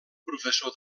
professor